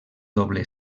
doble